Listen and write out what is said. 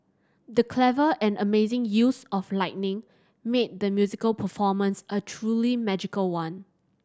the clever and amazing use of lighting made the musical performance a truly magical one